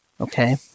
okay